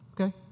Okay